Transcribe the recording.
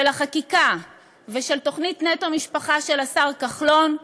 של החקיקה ושל תוכנית "נטו משפחה" של השר כחלון,